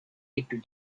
into